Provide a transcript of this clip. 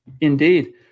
Indeed